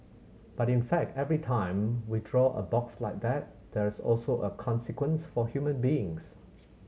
but in fact every time we draw a box like that there is also a consequence for human beings